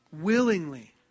willingly